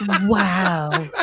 wow